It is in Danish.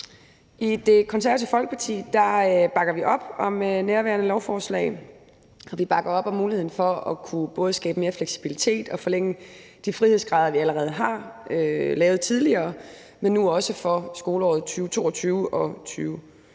I Det Konservative Folkeparti bakker vi op om nærværende lovforslag. Vi bakker op om muligheden for både at kunne skabe mere fleksibilitet og forlænge de frihedsgrader, som vi allerede har gjort tidligere, men som vi nu også gør for skoleåret 2022/23.